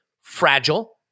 fragile